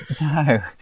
no